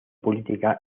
política